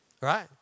right